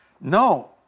No